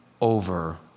over